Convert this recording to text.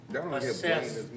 assess